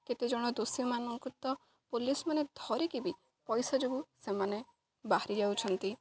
କେତେ ଜଣ ଦୋଷୀମାନଙ୍କୁ ତ ପୋଲିସ୍ମାନେ ନ ଧରିକି ବି ପଇସା ଯୋଗୁଁ ସେମାନେ ବାହାରି ଯାଉଛନ୍ତି